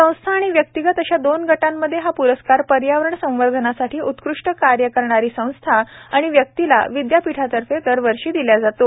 संस्था आणि व्यक्तिगत अशा दोन गटांमध्ये हा प्रस्कार पर्यावरण संवर्धनासाठी उत्कृष्ट कार्य करणारी संस्था आणि व्यक्तीला विद्यापीठातर्फे दरवर्षी दिल्या जातो